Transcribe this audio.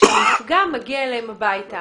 כאשר המפגע מגיע אליהם הביתה